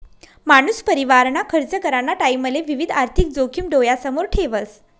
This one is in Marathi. मानूस परिवारना खर्च कराना टाईमले विविध आर्थिक जोखिम डोयासमोर ठेवस